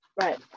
right